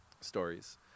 stories